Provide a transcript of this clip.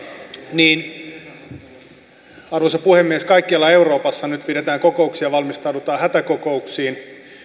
niin arvoisa puhemies kaikkialla euroopassa nyt pidetään kokouksia valmistaudutaan hätäkokouksiin